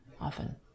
often